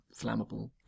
flammable